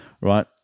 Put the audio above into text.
right